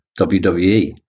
WWE